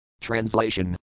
Translation